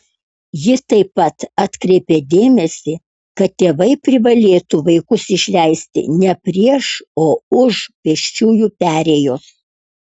ji taip pat atkreipė dėmesį kad tėvai privalėtų vaikus išleisti ne prieš o už pėsčiųjų perėjos